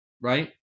Right